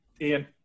Ian